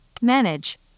Manage